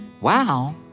Wow